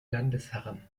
landesherren